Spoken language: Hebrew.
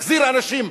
מחזיר אנשים,